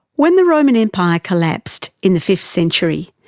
when the roman empire collapsed in the fifth century,